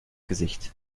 gesicht